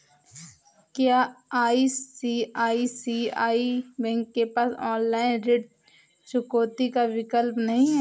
क्या ICICI bank के पास ऑनलाइन ऋण चुकौती का विकल्प नहीं है?